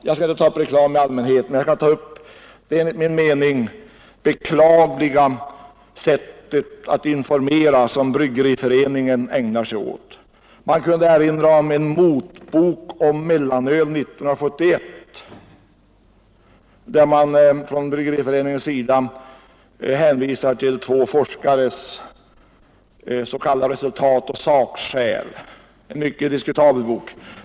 Jag skall inte ta upp frågan om reklam i allmänhet, men jag skall ta upp det enligt min mening beklagliga sätt att informera som Bryggareföreningen ägnar sig åt. Man kunde erinra om En motbok skaress.k. resultat om mellanöl 1971. Bryggareföreningen hänvisar till två fc och sakkunskap — en mycket diskutabel bok.